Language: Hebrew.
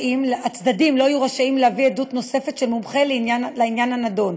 הצדדים לא יהיו רשאים להביא עדות נוספת של מומחה לעניין הנדון,